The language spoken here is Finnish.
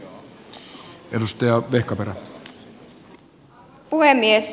arvoisa puhemies